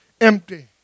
empty